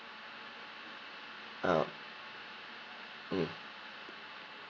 uh mm